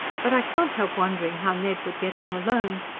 but i can't help wondering how ned would get on alone.